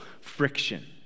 friction